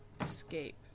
Escape